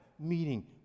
meeting